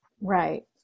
Right